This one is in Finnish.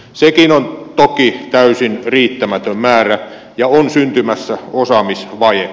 sekin on toki täysin riittämätön määrä ja on syntymässä osaamisvaje